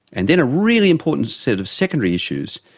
and then a really important set of secondary issues,